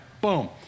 Boom